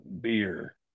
beer